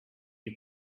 you